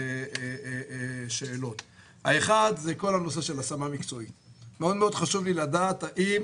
מאוד חשוב לדעת האם